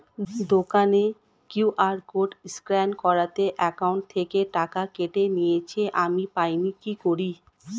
দোকানের QR code scan করাতে account থেকে টাকা কেটে নিয়েছে, আমি পাইনি কি করি?